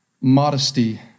Modesty